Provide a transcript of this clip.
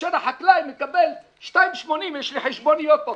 כאשר החקלאי מקבל 2.8, יש לי חשבוניות פה.